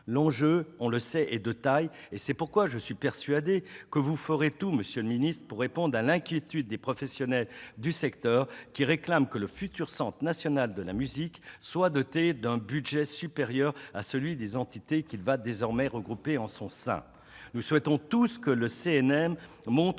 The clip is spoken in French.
L'enjeu, on le sait, est de taille ; c'est pourquoi je suis persuadé que vous ferez tout, monsieur le ministre, pour répondre à l'inquiétude des professionnels du secteur, qui réclament que le futur Centre national de la musique soit doté d'un budget supérieur à celui des entités qu'il va regrouper en son sein. Nous souhaitons tous que le CNM montre